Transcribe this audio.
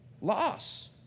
loss